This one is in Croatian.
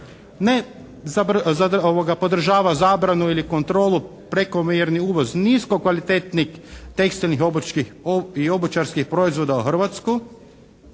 ne podržava zabranu ili kontrolu prekomjerni uvoz nisko kvalitetnih tekstilnih obrtničkih i obućarskih proizvoda u Hrvatsku.